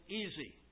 easy